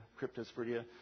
Cryptosporidia